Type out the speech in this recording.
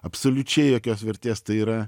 absoliučiai jokios vertės tai yra